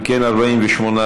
נתקבל.